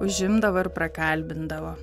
užimdavo ir prakalbindavo